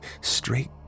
straight